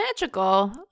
magical